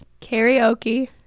karaoke